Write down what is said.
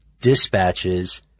dispatches